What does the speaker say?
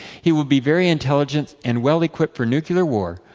he will be very intelligent and well equipped for nuclear war.